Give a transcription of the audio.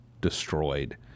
destroyed